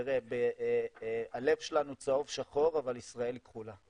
תראה, הלב שלנו צהוב-שחור, אבל ישראל היא כחולה.